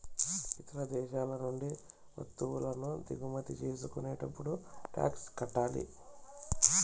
ఇతర దేశాల నుండి వత్తువులను దిగుమతి చేసుకునేటప్పుడు టాక్స్ కట్టాలి